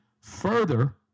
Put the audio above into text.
Further